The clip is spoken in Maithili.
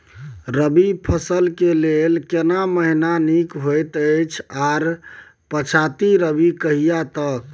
रबी फसल के लेल केना महीना नीक होयत अछि आर पछाति रबी कहिया तक?